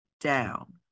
down